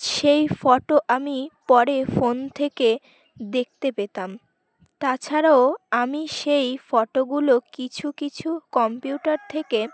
সেই ফটো আমি পরে ফোন থেকে দেখতে পেতাম তাছাড়াও আমি সেই ফটোগুলো কিছু কিছু কম্পিউটার থেকে